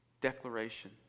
Declaration